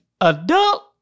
adult